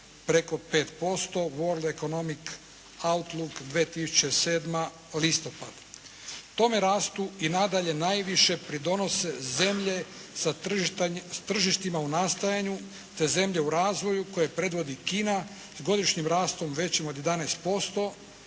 preko 5%, World economic outlok 2007. listopad. Tome rastu i nadalje najviše pridonose zemlje sa tržištima u nastojanju, te zemlje u razvoju koje predvodi Kina sa godišnjim rastom većim od 11%.